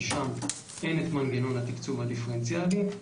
כי שם אין את מנגנון התקצוב הדיפרנציאלי.